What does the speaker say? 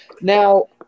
Now